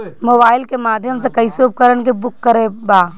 Mobile के माध्यम से कैसे उपकरण के बुक करेके बा?